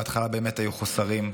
בהתחלה באמת היו חוסרים,